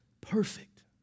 perfect